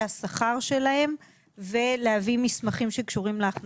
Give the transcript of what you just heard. השכר שלהם ולהביא מסמכים שקשורים להכנסה.